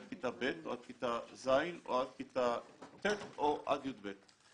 כיתה ב או עד כיתה ז או עד כיתה ט או עד י"ב.